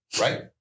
right